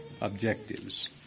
objectives